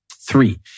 Three